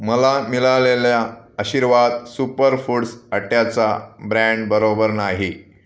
मला मिळालेल्या Aashirvaad super foods अट्ट्याचा ब्रँड बरोबर नाही